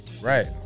right